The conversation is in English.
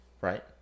right